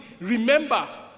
remember